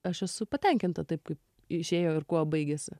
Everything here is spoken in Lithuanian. aš esu patenkinta taip kaip išėjo ir kuo baigėsi